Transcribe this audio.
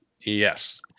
Yes